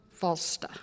Falsta